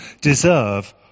deserve